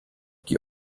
die